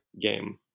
game